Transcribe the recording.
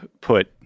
put